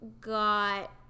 got